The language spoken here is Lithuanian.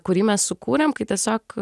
kurį mes sukūrėm kai tiesiog